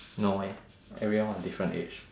no eh everyone was different age